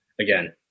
again